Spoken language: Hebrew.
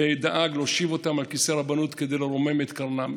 ודאג להושיב אותם על כיסא הרבנות כדי לרומם את קרנם.